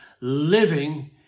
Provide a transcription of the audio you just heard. living